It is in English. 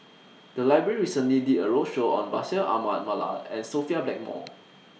The Library recently did A roadshow on Bashir Ahmad Mallal and Sophia Blackmore